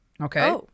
okay